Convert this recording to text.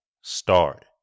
start